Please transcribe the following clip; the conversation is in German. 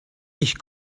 ich